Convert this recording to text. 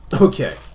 Okay